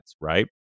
right